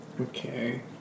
Okay